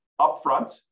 upfront